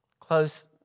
Close